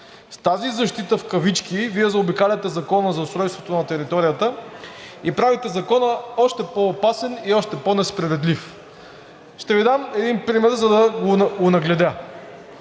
С тази защита – в кавички, Вие заобикаляте Закона за устройството на територията и правите Закона още по-опасен и още по-несправедлив. Ще Ви дам един пример, за да го онагледя.